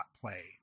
play